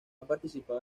participado